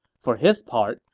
for his part,